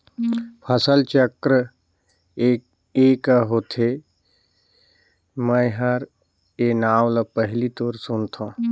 फसल चक्र ए क होथे? मै हर ए नांव ल पहिले तोर सुनथों